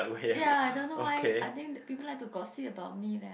ya I don't know why I think people like to gossip about me leh